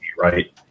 right